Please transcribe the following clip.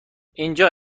اینجا